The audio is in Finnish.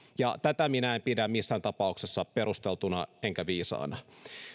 ja tätä minä en pidä missään tapauksessa perusteltuna enkä viisaana